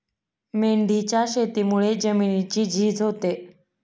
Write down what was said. मेंढीच्या शेतीमुळे जमिनीची झीज होते